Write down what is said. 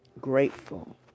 grateful